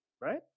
right